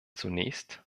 zunächst